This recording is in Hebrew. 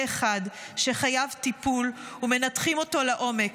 אחד שחייב טיפול ומנתחים אותו לעומק.